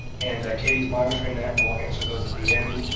and katie is monitoring that, and we'll answer those at the end.